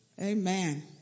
Amen